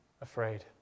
afraid